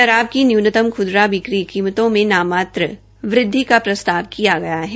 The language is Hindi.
शराब की न्यूनतम ख्दरा बिक्री कीमतों में नाममात्र वृद्धि का प्रस्ताव किया गया है